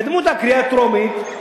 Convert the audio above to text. תקדמו אותה לקריאה טרומית,